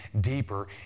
deeper